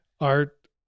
art